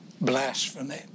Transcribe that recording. blasphemy